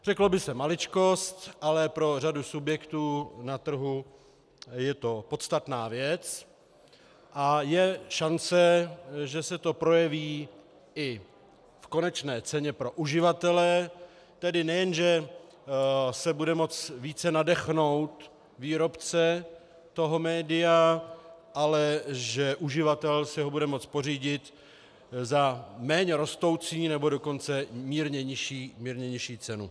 Řeklo by se maličkost, ale pro řadu subjektů na trhu je to podstatná věc, a je šance, že se to projeví i v konečné ceně pro uživatele, tedy nejen že se bude moci více nadechnout výrobce toho média, ale že uživatel si ho bude moci pořídit za méně rostoucí, nebo dokonce mírně nižší cenu.